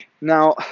now